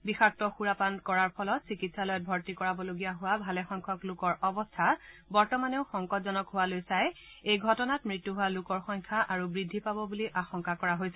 বিযাক্ত সুৰাপাণ কৰাৰ ফলত চিকিৎসালয়ত ভৰ্তি কৰাবলগীয়া হোৱা ভালেসংখ্যক লোকৰ অৱস্থা বৰ্তমানেও সংকটজনক হোৱালৈ চাই এই ঘটনাত মৃত্যু হোৱা লোকৰ সংখ্যা আৰু বৃদ্ধি পাব বুলি আশংকা কৰা হৈছে